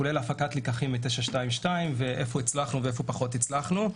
כולל הפקת לקחים מ-922 ואיפה הצלחנו ואיפה פחות הצלחנו.